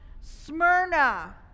Smyrna